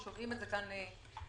ושומעים את זה כאן כולם.